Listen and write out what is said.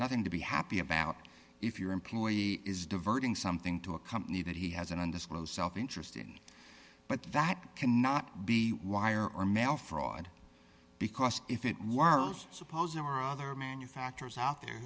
nothing to be happy about if your employee is diverting something to a company that he has an undisclosed self interest in but that cannot be wire or mail fraud because if it were suppose there were other manufacturers out there